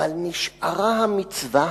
אבל נשארה המצווה,